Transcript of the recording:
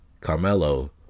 Carmelo